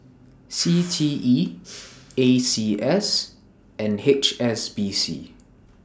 C T E A C S and H S B C